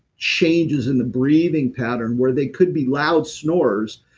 changes in the breathing pattern where they could be loud snores.